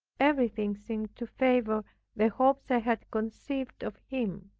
everything seemed to favor the hopes i had conceived of him.